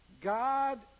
God